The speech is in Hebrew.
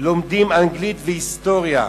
לומדים אנגלית והיסטוריה,